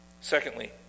Secondly